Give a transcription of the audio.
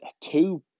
two